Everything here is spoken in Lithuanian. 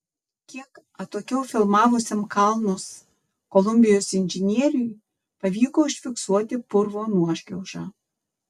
kiek atokiau filmavusiam kalnus kolumbijos inžinieriui pavyko užfiksuoti purvo nuošliaužą